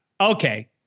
Okay